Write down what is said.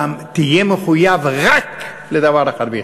תהיה מחויב רק לדבר אחד ויחידי: